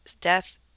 Death